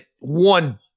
one